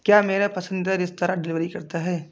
क्या मेरा पसंदीदा रेस्तराँ डिलीवरी करता है